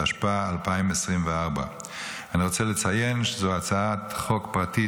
התשפ"ה 2024. אני רוצה לציין שזו הצעת חוק פרטית,